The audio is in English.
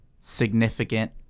significant